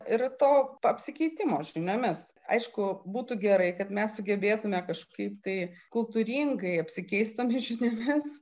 ir to apsikeitimo žiniomis aišku būtų gerai kad mes sugebėtume kažkaip tai kultūringai apsikeisti tomis žiniomis